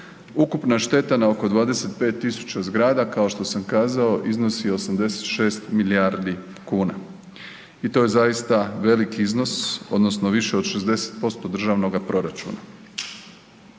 ukupna šteta na oko 25.000 zgrada kao što sam kazao iznosi 86 milijardi kuna i to je zaista veliki iznos odnosno više od 60% državnoga proračuna.